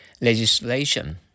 legislation